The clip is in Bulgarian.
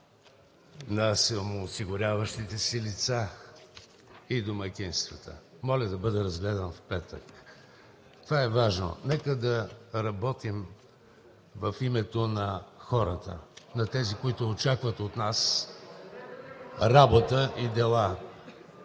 на самоосигуряващите се лица и домакинствата. Моля да бъде разгледан в петък. Това е важно. Нека да работим в името на хората, на тези, които очакват от нас работа и дела.